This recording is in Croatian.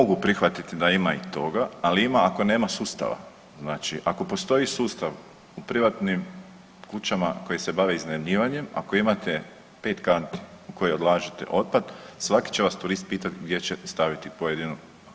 Mogu prihvatiti da ima i toga, ali ima ako nema sustava znači ako postoji sustav u privatnim kućama koje se bave iznajmljivanjem, ako imate pet kanti u koje odlažete otpad svaki će vas turist pitat gdje će staviti pojedinu.